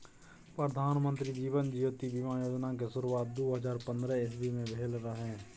प्रधानमंत्री जीबन ज्योति बीमा योजना केँ शुरुआत दु हजार पंद्रह इस्बी मे भेल रहय